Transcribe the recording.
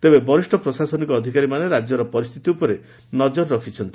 ତେବେ ବରିଷ୍ଠ ପ୍ରଶାସନିକ ଅଧିକାରୀମାନେ ରାଜ୍ୟର ସ୍ଥିତି ଉପରେ ନଜର ରଖିଛନ୍ତି